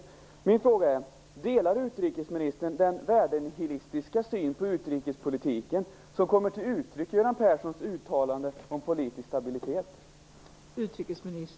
Då vill jag fråga: Delar utrikesministern den värdenihilistiska syn på utrikespolitiken som kommer till uttryck i Göran Perssons uttalande om politisk stabilitet?